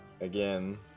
again